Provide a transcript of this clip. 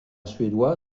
suédois